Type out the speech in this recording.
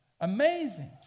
Amazing